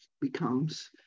becomes